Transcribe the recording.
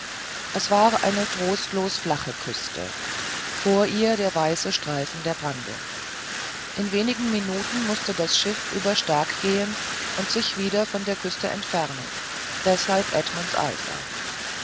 es war eine trostlos flache küste vor ihr der weiße streifen der brandung in wenigen minuten mußte das schiff über stag gehen und sich wieder von der küste entfernen deshalb edmunds eifer